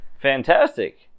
fantastic